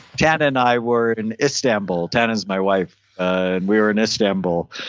tana and i were in istanbul. tana is my wife. and we were in istanbul,